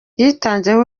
yitanzeho